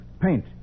Paint